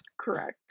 correct